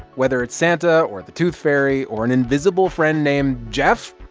whether it's santa or the tooth fairy or an invisible friend named jeff,